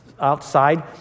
outside